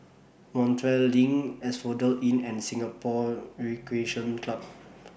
Montreal LINK Asphodel Inn and Singapore Recreation Club